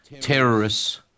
terrorists